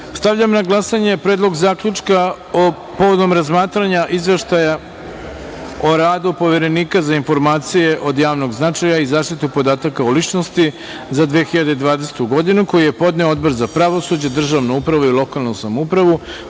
stavljam na glasanje Predlog zaključka povodom razmatranja Izveštaja o radu Poverenika za informacije od javnog značaja i zaštitu podataka o ličnosti za 2020. godinu, koji je podneo Odbor za pravosuđe, državnu upravu i lokalnu samoupravu